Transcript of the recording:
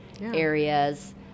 areas